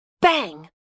Bang